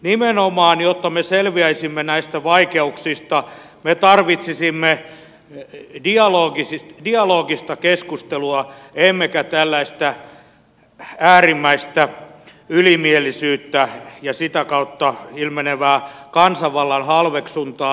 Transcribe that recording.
nimenomaan jotta me selviäisimme näistä vaikeuksista me tarvitsisimme dialogista keskustelua emmekä tällaista äärimmäistä ylimielisyyttä ja sitä kautta ilmenevää kansanvallan halveksuntaa